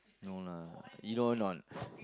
no lah you know or not